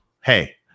hey